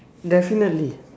definitely